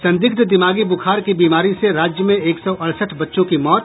संदिग्ध दिमागी बुखार की बीमारी से राज्य में एक सौ अड़सठ बच्चों की मौत